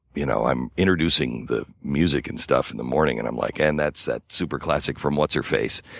you know i'm introducing the music and stuff in the morning and i'm like, and that's that super classic from what's her face,